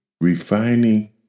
Refining